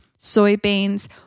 soybeans